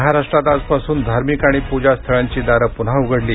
महाराष्ट्रात आजपासून धार्मिक आणि पूजा स्थळांची दारं पुन्हा उघडली